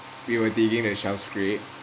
we were digging the shell scrape